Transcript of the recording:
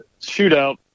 shootout